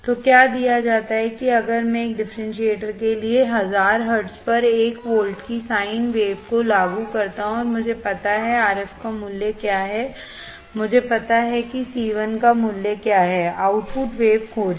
तो क्या दिया जाता है कि अगर मैं एक डिफरेंशिएटर के लिए 1000 हर्ट्ज पर 1 वोल्ट की साइन वेव को लागू करता हूं और मुझे पता है कि RF का मूल्य क्या है मुझे पता है कि C 1 का मूल्य क्या है आउटपुट वेव खोजें